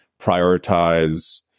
prioritize